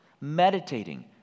meditating